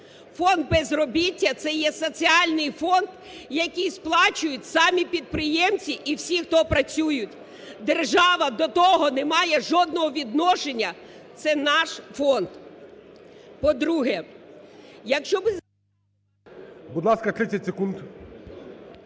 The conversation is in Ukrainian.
Фонд безробіття це є соціальний фонд, які сплачують самі підприємці і всі, хто працюють. Держава до того не має жодного відношення. Це наш фонд.